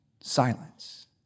Silence